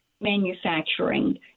manufacturing